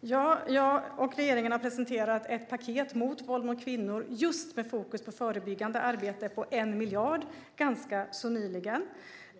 Fru talman! Jag och regeringen har nyligen presenterat en satsning på 1 miljard på ett paket mot våld mot kvinnor just med fokus på förebyggande arbete.